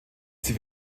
sie